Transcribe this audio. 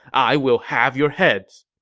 i will have your heads!